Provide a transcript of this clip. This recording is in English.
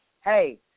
hey